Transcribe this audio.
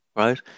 Right